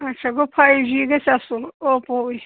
اچھا گوو five G گژھِ اصل اوپووے